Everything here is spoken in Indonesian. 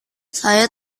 saya